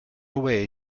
way